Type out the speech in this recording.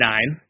Nine